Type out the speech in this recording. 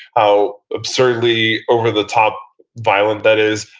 ah absurdly over the top violent that is,